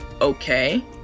okay